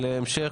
לגבי ההמשך